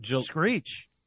Screech